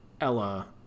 ella